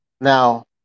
Now